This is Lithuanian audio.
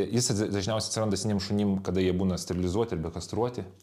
jis dažniausiai atsiranda seniem šunim kada jie būna sterilizuoti arba kastruoti